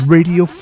Radio